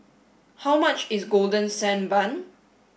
how much is golden sand bun